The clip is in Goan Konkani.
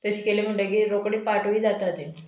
तशें केलें म्हणटगीर रोकडी पाटूय जाता तें